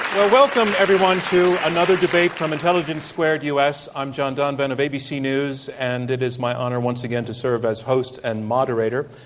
ah welcome, everyone, to another debate from intelligence squared us, i'm john donvan of abc news, and it is my honor once again to serve as host and moderator,